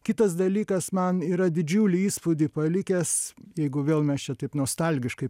kitas dalykas man yra didžiulį įspūdį palikęs jeigu vėl mes čia taip nostalgiškai